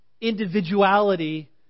individuality